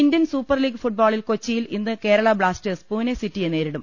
Indian super league ഫുട്ബോളിൽ കൊച്ചിയിൽ ഇന്ന് കേരള ബ്ലാസ്റ്റേഴ്സ് പൂനെ സിറ്റിയെ നേരിടും